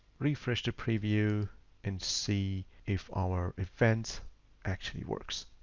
refresh the preview and see if our events actually works.